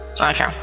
Okay